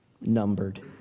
numbered